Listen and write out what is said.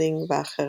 אוטיס רדינג ואחרים.